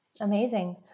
Amazing